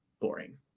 boring